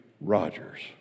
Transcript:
Rogers